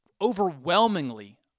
overwhelmingly